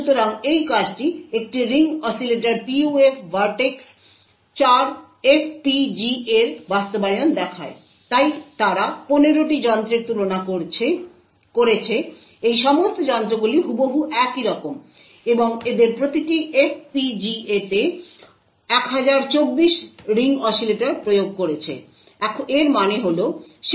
সুতরাং এই কাজটি একটি ring oscillator PUF vertex 4 FPGA এর বাস্তবায়ন দেখায় তাই তারা 15 টি যন্ত্রের তুলনা করেছে এই সমস্ত যন্ত্রগুলি হুবহু একই রকম এবং এদের প্রতিটি FPGA তে 1024 রিং অসিলেটর প্রয়োগ করেছে এর মানে হল যে সেখানকার N ছিল 1024